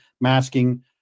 masking